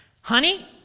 Honey